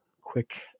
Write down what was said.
quick